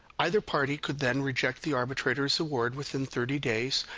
either party could then reject the arbitrator's award within thirty days.